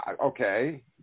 okay